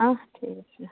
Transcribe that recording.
অঁ ঠিক আছে